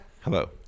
hello